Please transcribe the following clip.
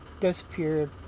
Disappeared